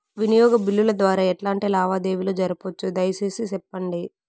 వినియోగ బిల్లుల ద్వారా ఎట్లాంటి లావాదేవీలు జరపొచ్చు, దయసేసి సెప్పండి?